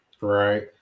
Right